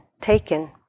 taken